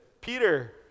Peter